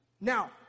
Now